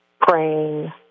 praying